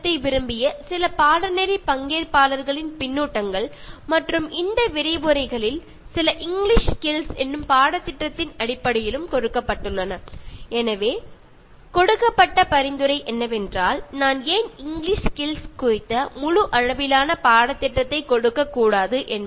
കഴിഞ്ഞ കോഴ്സിൽ പങ്കെടുത്ത കുറച്ചു പേരുടെ ഫീഡ്ബാക്കിലും ഈ കോഴ്സിൽ ഉൾപ്പെടുത്തിയ ഇംഗ്ലീഷ് സ്കിൽസ് എന്ന ഭാഗത്തെ ഫീഡ്ബാക്കിലും പലരുടെയും നിർദ്ദേശമായിരുന്നു ഇംഗ്ലീഷ് സ്കിൽസിൽ ഒരു മുഴുനീള കോഴ്സ് ചെയ്യണം എന്ന്